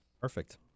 Perfect